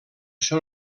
són